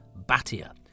battier